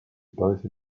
both